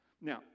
Now